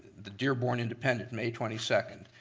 the dearborn independent, may twenty second.